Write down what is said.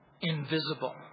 invisible